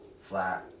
Flat